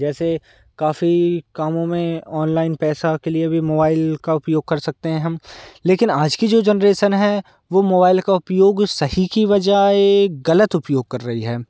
जैसे काफी कामों में ऑनलाइन पैसा के लिए भी मोबाइल का उपयोग कर सकते हैं हम लेकिन आज की जो जनरेसन है वो मोबाइल का उपयोग सही की बजाय गलत उपयोग कर रही है